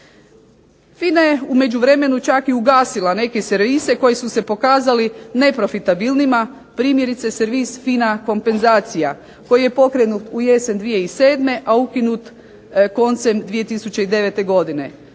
FINA je u međuvremenu čak i ugasila neke servise koji su se pokazali neprofitabilnima. Primjerice servis FINA kompenzacija koji je pokrenut u jesen 2007., a ukinut koncem 2009. godine.